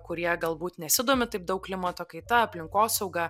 kurie galbūt nesidomi taip daug klimato kaita aplinkosauga